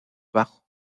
bajo